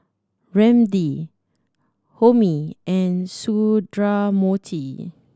Ramdev Homi and Sundramoorthy